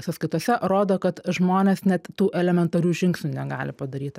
sąskaitose rodo kad žmonės net tų elementarių žingsnių negali padaryti